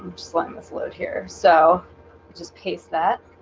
just letting this load here. so just paste that